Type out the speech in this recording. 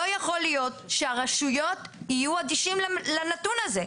לא יכול להיות שהרשויות יהיו אדישות לנתון הזה.